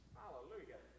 hallelujah